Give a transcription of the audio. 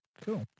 Cool